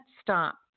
stop